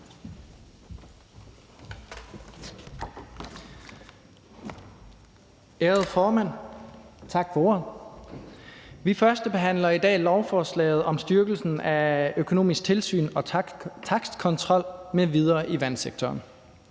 Ærede formand, tak for ordet. Vi førstebehandler i dag lovforslaget om styrkelse af økonomisk tilsyn og takstkontrol m.v. i vandsektoren.